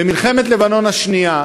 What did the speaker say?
במלחמת לבנון השנייה,